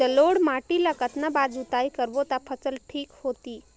जलोढ़ माटी ला कतना बार जुताई करबो ता फसल ठीक होती?